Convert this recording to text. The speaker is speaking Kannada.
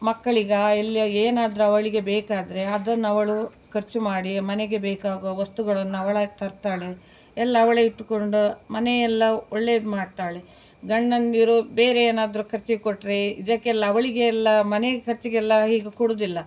ಮಕ್ಕಳಿಗೆ ಎಲ್ಲಿ ಏನಾದರೂ ಅವಳಿಗೆ ಬೇಕಾದರೆ ಅದನ್ನ ಅವಳು ಖರ್ಚು ಮಾಡಿ ಮನೆಗೆ ಬೇಕಾಗುವ ವಸ್ತುಗಳನ್ನ ಅವಳಾಗಿ ತರ್ತಾಳೆ ಎಲ್ಲ ಅವಳೇ ಇಟ್ಟುಕೊಂಡು ಮನೆಯೆಲ್ಲ ಒಳ್ಳೇದು ಮಾಡ್ತಾಳೆ ಗಂಡಂದಿರು ಬೇರೆ ಏನಾದ್ರೂ ಖರ್ಚಿಗೆ ಕೊಟ್ಟರೆ ಇದಕ್ಕೆಲ್ಲ ಅವಳಿಗೆ ಎಲ್ಲ ಮನೆಗೆ ಖರ್ಚಿಗೆಲ್ಲ ಹೀಗೆ ಕೊಡುವುದಿಲ್ಲ